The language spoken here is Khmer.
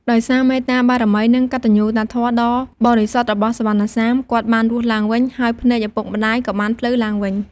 ដោយសារមេត្តាបារមី និងកតញ្ញូតាធម៌ដ៏បរិសុទ្ធរបស់សុវណ្ណសាម គាត់បានរស់ឡើងវិញ ហើយភ្នែកឪពុកម្ដាយក៏បានភ្លឺឡើងវិញ។